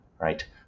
right